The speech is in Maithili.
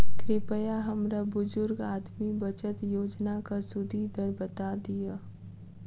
कृपया हमरा बुजुर्ग आदमी बचत योजनाक सुदि दर बता दियऽ